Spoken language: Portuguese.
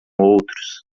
outros